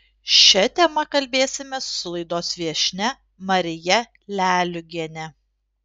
šia tema kalbėsimės su laidos viešnia marija leliugiene